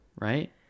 Right